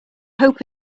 hope